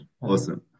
Awesome